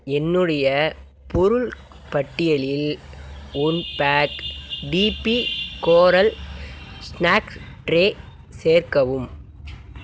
என்னுடைய பொருள் பட்டியலில் one pack DP coral snack tray சேர்க்கவும்